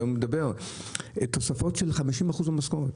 מציעים להן תוספות של חמישים אחוז מהמשכורת,